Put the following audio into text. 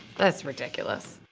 that's ridiculous.